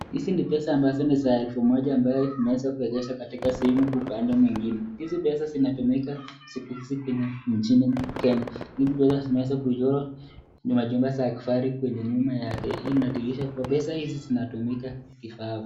Hizi ni pesa ambazo ni za elfu moja ambayo inaweza kuegeshwa katika sehemu ya upande mwingine. Hizi pesa zinatumika nchini Kenya. Hizi pesa zimeweza kuchorwa na majumba za kifahari kwenye nyuma yake. Hii inadhihirisha kuwa pesa hizi zinatumika ifaavyo.